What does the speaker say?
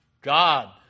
God